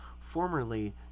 formerly